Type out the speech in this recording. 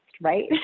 right